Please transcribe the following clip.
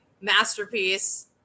masterpiece